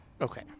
Okay